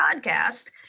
Podcast